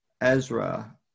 Ezra